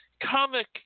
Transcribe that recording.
comic